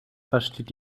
versteht